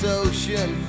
ocean